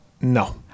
No